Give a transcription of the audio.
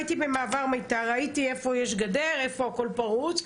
הייתי במעבר מיתר וראיתי איפה יש גדר ואיפה הכל פרוץ.